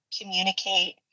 communicate